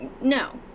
No